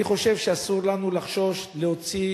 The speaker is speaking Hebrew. אני חושב שאסור לנו לחשוש להוציא